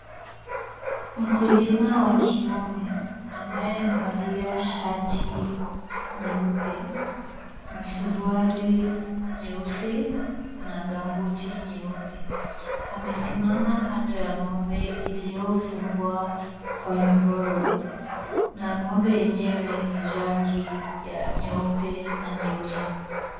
Mkulima wa kiume ambaye amevalia shati nyeupe na suruali nyeusi na gumboot nyeupe, amesimama kando ya ng'ombe iliyofungwa kwa nyororo, na ng'ombe yenyewe ni rangi nyeupe na nyeusi.